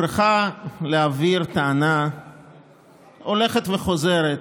הופרחה לאוויר טענה הולכת וחוזרת,